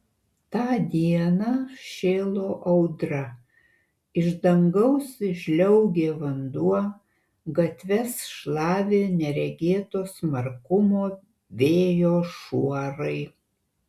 tą dieną šėlo audra iš dangaus žliaugė vanduo gatves šlavė neregėto smarkumo vėjo šuorai